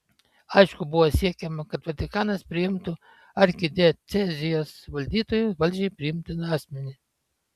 aišku buvo siekiama kad vatikanas priimtų arkidiecezijos valdytoju valdžiai priimtiną asmenį